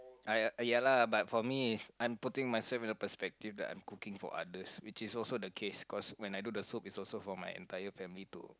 I uh ya lah but for me is I'm putting myself in perspective that I'm cooking for others which is also the case cause when I do the soup is also for my entire family to